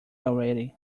already